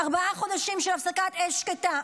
ארבעה חודשים של הפסקת אש שקטה.